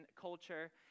culture